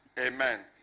Amen